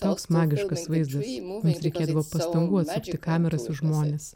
toks magiškas vaizdas mums reikėdavo pastangų atsukti kameras į žmones